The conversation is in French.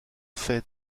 fait